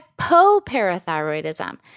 hypoparathyroidism